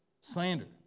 slander